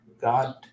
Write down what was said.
God